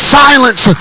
silence